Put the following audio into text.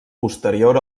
posterior